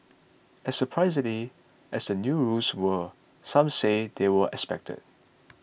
as surprising as the new rules were some say they were expected